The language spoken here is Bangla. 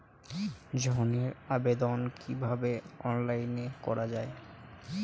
ঋনের আবেদন কিভাবে অনলাইনে করা যায়?